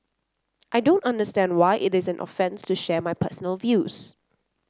I don't understand why it is an offence to share my personal views